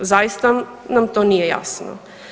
Zaista nam to nije jasno.